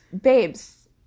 babes